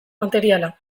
materiala